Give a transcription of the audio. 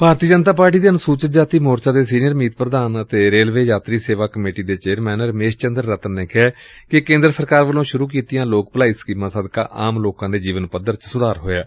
ਭਾਰਤੀ Janata Party ਦੇ ਅਨੁਸੂਚਿਤ ਜਾਤੀ ਮੋਰਚਾ ਦੇ ਸੀਨੀਅਰ ਮੀਤ ਪ੍ਧਾਨ ਅਤੇ ਰੇਲਵੇ ਯਾਤਰੀ ਸੇਵਾ ਕਮੇਟੀ ਦੇ ਚੇਅਰਮੈਨ ਰਮੇਸ਼ ਚੰਦਰ ਰਤਨ ਨੇ ਕਿਹੈ ਕਿ ਕੇਂਦਰ ਸਰਕਾਰ ਵੱਲੋਂ ਸੂਰੂ ਕੀਤੀਆਂ ਲੋਕ ਭਲਾਈ ਸਕੀਮਾਂ ਸਦਕਾ ਆਮ ਲੋਕਾਂ ਦੇ ਜੀਵਨ ਪੱਧਰ ਚ ਸੁਧਾਰ ਹੋਇਐ